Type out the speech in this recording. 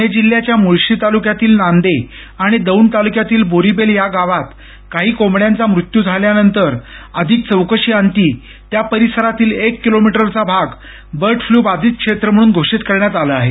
पणे जिल्ह्याच्या मुळशी तालुक्यातील नांदे आणि दौंड तालुक्यातील बोरिबेल या गावात काही कोंबड्यांचा मृत्यू झाल्यानंतर अधिक चौकशीअंती त्या परिसरातील किलोमीटरचा भाग बर्ड फ्लू बाधित क्षेत्र म्हणून घोषित करण्यात आला आहे